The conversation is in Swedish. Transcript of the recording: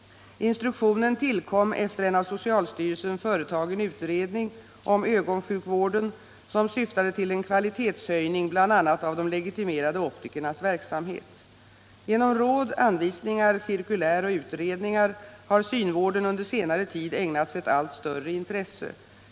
Instruktionen tillkom efter en av socialstyrelsen företagen utredning om ögonsjukvården, som syftade till en kvalitetshöjning av bl.a. de legitimerade optikernas verksamhet. Genom råd, anvisningar, cirkulär och utredningar har synvården under senare tid ägnats ett allt större intresse.